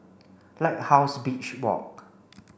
Lighthouse Beach Walk